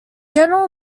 general